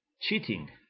cheating